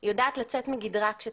היא יודעת לצאת מגדרה שצריך,